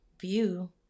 view